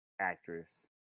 actress